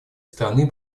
страны